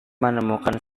menemukan